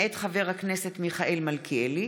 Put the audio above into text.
מאת חבר הכנסת מיכאל מלכיאלי,